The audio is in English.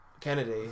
Kennedy